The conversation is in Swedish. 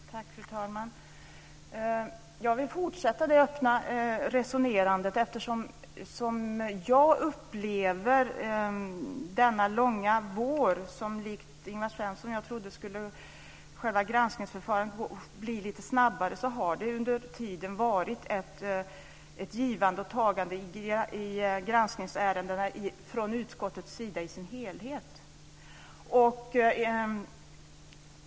Fru talman! Jag vill fortsätta det öppna resonerandet. Likt Ingvar Svensson trodde jag att själva granskningsförfarandet skulle gå lite snabbare i år. Men under denna långa vår har jag upplevt att det har varit ett givande och tagande i granskningsärendena i hela utskottet.